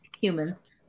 humans